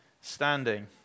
standing